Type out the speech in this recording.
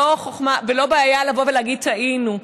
ולא בעיה לבוא ולהגיד: טעינו.